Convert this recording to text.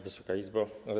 Wysoka Izbo!